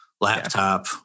laptop